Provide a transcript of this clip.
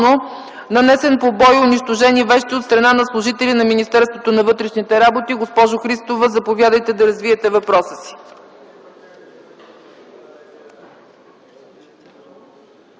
нанесен побой и унищожени вещи от страна на служители на Министерството на вътрешните работи. Госпожо Христова, заповядайте да развиете въпроса си.